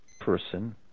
person